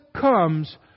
comes